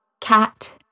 cat